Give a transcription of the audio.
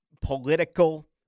political